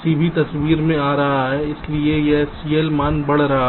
C भी तस्वीर में आ रहा है इसलिए यह CL मान बढ़ रहा है